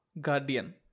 Guardian